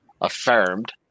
affirmed